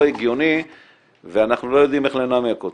הגיוני ואנחנו לא יודעים איך לנמק אותו,